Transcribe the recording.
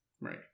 right